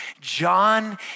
John